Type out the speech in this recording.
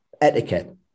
etiquette